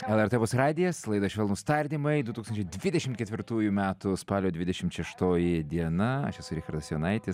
lrt opus radijas laida švelnūs tardymai du tūkstančiai dvidešimt ketvirtųjų metų spalio dvidešimt šeštoji diena aš esu richardas jonaitis